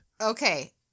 Okay